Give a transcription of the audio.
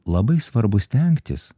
labai svarbu stengtis